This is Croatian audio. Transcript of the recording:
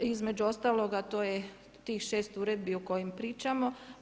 Između ostaloga, to je tih 6 uredbi o kojim pričamo.